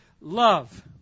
love